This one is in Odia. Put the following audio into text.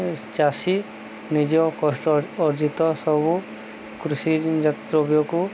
ଚାଷୀ ନିଜ କଷ୍ଟ ଅର୍ଜିତ ସବୁ କୃଷି ଜାତ ଦ୍ରବ୍ୟକୁ